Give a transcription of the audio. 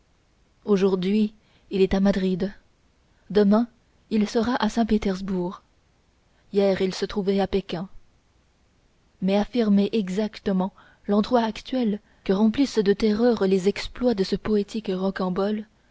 aujourd'hui il est à madrid demain il sera à saint-pétersbourg hier il se trouvait à pékin mais affirmer exactement l'endroit actuel que remplissent de terreur les exploits de ce poétique rocambole